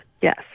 yes